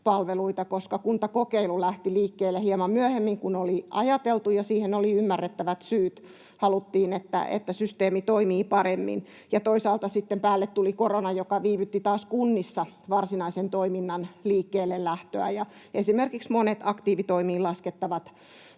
koska kuntakokeilu lähti liikkeelle hieman myöhemmin kuin oli ajateltu, ja siihen oli ymmärrettävät syyt: haluttiin, että systeemi toimii paremmin, ja toisaalta sitten päälle tuli korona, joka viivytti taas kunnissa varsinaisen toiminnan liikkeellelähtöä, ja esimerkiksi monet aktiivitoimiin laskettavat